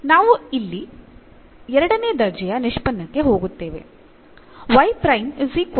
ನಾವು ಇಲ್ಲಿ ಎರಡನೇ ದರ್ಜೆಯ ನಿಷ್ಪನ್ನಕ್ಕೆ ಹೋಗುತ್ತೇವೆ